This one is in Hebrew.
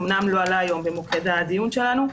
אמנם לא עלה היום במוקד בדיון שלנו,